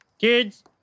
Kids